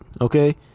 okay